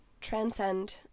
transcend